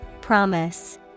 Promise